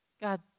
God